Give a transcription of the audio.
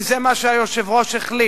כי זה מה שהיושב-ראש החליט.